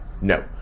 no